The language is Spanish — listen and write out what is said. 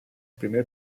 primer